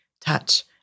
touch